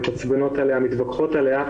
מתעצבנות עליה ומתווכחות עליה,